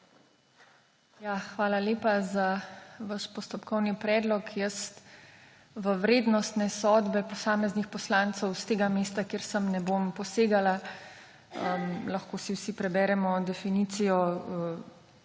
Hvala lepa za vaš postopkovni predlog. Jaz v vrednostne sodbe posameznih poslancev s tega mesta, kjer sem, ne bom posegala. Lahko si vsi preberemo definicijo,